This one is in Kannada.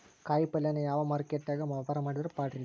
ಕಾಯಿಪಲ್ಯನ ಯಾವ ಮಾರುಕಟ್ಯಾಗ ವ್ಯಾಪಾರ ಮಾಡಿದ್ರ ಪಾಡ್ರೇ?